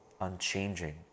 unchanging